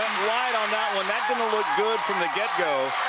wide on that one that didn't look good from the get-go.